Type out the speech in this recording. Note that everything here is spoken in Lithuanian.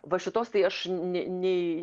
va šitos tai aš nei